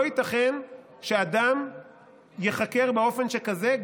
לא ייתכן שאדם ייחקר באופן שכזה,